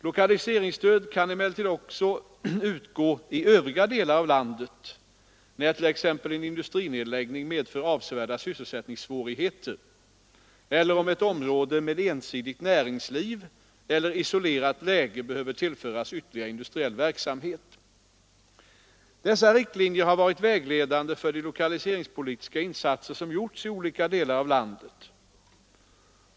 Lokaliseringsstöd kan emellertid utgå också i övriga delar av landet när t.ex. en industrinedläggning medför avsevärda sysselsättningssvårigheter eller om ett område med ensidigt näringsliv eller isolerat läge behöver tillföras ytterligare industriell verksamhet. Dessa riktlinjer har varit vägledande för de lokaliseringspolitiska insatser som gjorts i olika delar av landet.